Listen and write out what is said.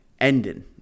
ending